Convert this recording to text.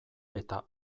eta